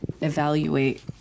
evaluate